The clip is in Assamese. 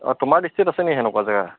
অঁ তোমাৰ দৃষ্টিত আছেনি তেনেকুৱা জেগা